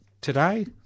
Today